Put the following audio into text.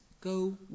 go